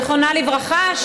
זיכרונה לברכה,